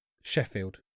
sheffield